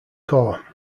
corps